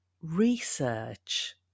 Research